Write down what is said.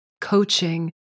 coaching